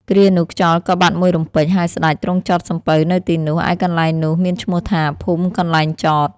គ្រានោះខ្យល់ក៏បាត់មួយរំពេច ហើយស្តេចទ្រង់ចតសំពៅនៅទីនោះ ឯកន្លែងនោះមានឈ្មោះថា ភូមិកន្លែងចត។